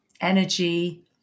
energy